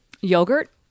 Yogurt